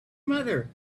mother